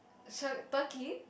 Shakir~ turkey